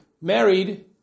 married